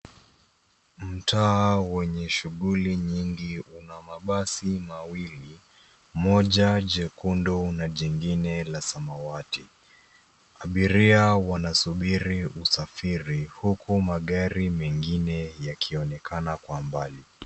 Mtaa wenye shughuli nyingi una mabasi mawili, moja jekundu na jingine la samawati. Abiria wanasubiri usafiri huku magari mengine yakionekana kwa mbali.